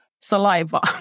saliva